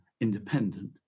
independent